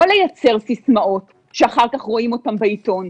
לא לייצר סיסמאות שאחר כך רואים אותם בעיתון.